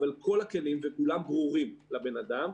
וכולם ברורים לבן אדם.